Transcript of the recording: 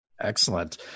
Excellent